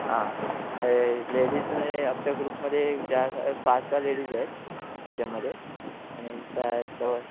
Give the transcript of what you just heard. हां हे लेडीज म्हणजे आपल्या ग्रुपमध्ये जास्त पाच सहा लेडीज आहेत त्याच्यामध्ये आणि